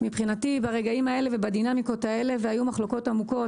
מבחינתי ברגעים האלה ובדינמיקות האלה והיו מחלוקות עמוקות